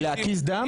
היא להקיז דם?